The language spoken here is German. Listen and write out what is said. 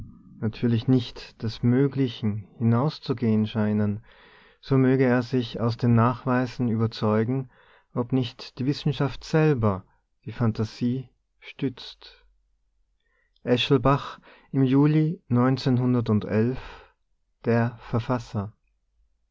natürlich nicht des möglichen hinauszugehen scheinen so möge er sich aus den nachweisen überzeugen ob nicht die wissenschaft selber die phantasie stützt eschelbach im juli der verfasser